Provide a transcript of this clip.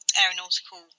aeronautical